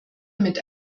mit